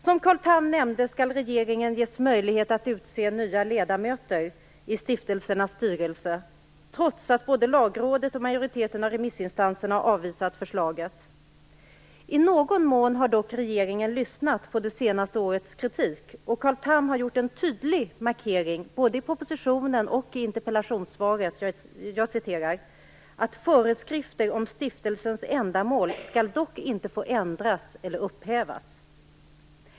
Som Carl Tham nämnde skall regeringen ges möjlighet att utse nya ledamöter i stiftelsernas styrelser, trots att både Lagrådet och majoriteten av remissinstanserna har avvisat förslaget. I någon mån har dock regeringen lyssnat på det senaste årets kritik, och Carl Tham har gjort en tydlig markering, både i interpellationssvaret och i propositionen: "föreskrifter om stiftelsens ändamål skall dock inte få ändras eller upphävas."